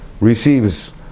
receives